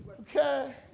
okay